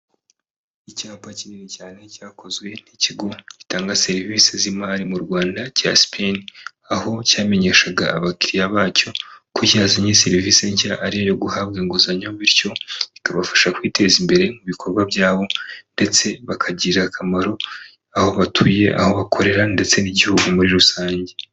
Icyapa kinini cyane cyakozwe n'ikigo gitanga serivisi z'imari mu Rwanda cya Sipeni, aho cyamenyeshaga abakiriya bacyo ko cyazanye serivisi nshya ari iyo guhabwa inguzanyo, bityo bikabafasha kwiteza imbere mu bikorwa byabo, ndetse bakagira akamaro aho batuye, aho bakorera ndetse n'igihugu muri rusange.